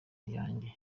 yanjye